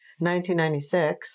1996